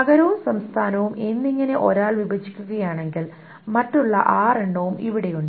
നഗരവും സംസ്ഥാനവും എന്നിങ്ങനെ ഒരാൾ വിഭജിക്കുകയാണെങ്കിൽ മറ്റുള്ള ആറെണ്ണവും അവിടെയുണ്ട്